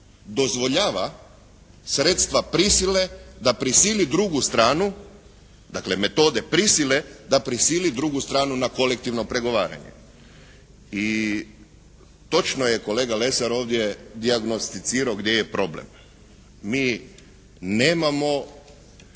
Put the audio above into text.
dozvoljava sredstva prisile da prisili drugu stranu, dakle metode prisile da prisili drugu stranu na kolektivno pregovaranje. I točno je kolega Lesar ovdje dijagnosticirao gdje je problem. Mi nemamo